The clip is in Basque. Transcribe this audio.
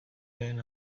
lehen